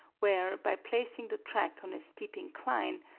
where, by placing the track on a steep incline,